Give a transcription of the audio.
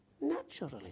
naturally